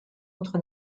autre